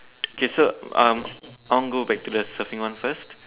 K so um I wanna go back the surfing one first